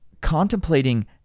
contemplating